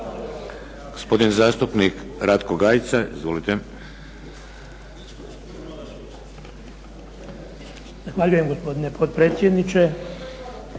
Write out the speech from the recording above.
Hvala